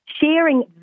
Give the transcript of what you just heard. sharing